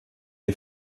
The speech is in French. les